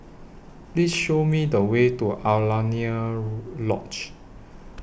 Please Show Me The Way to Alaunia Lodge